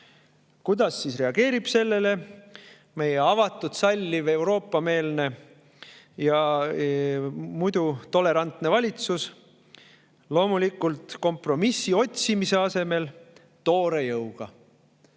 reageerib sellele meie avatud, salliv, Euroopa-meelne ja muidu tolerantne valitsus? Loomulikult, kompromissi otsimise asemel toore jõuga.